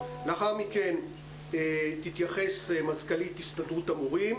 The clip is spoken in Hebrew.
לאחר מכן תהיה התייחסות של מזכ"לית הסתדרות המורים,